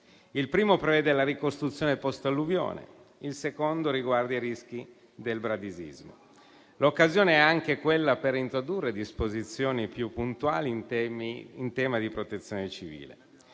il primo prevede la ricostruzione post-alluvione, il secondo riguarda i rischi del bradisismo. L'occasione è anche utile per introdurre disposizioni più puntuali in tema di protezione civile.